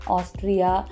Austria